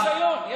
יש ניסיון.